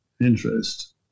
interest